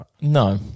No